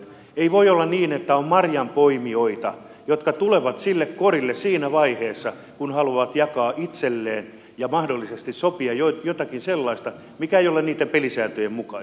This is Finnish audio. ei voi olla niin että on marjanpoimijoita jotka tulevat sille korille siinä vaiheessa kun haluavat jakaa itselleen ja mahdollisesti sopivat jotakin sellaista joka ei ole niitten pelisääntöjen mukaista